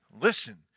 Listen